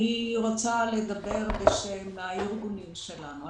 אני רוצה לדבר בשם הארגונים שלנו.